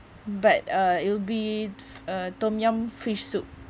but uh it'll be uh tom yum fish soup